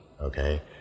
Okay